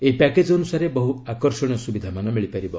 ଏହି ପ୍ୟାକେଜ୍ ଅନୁସାରେ ବହୁ ଆକର୍ଷଣୀୟ ସୁବିଧାମାନ ମିଳିପାରିବ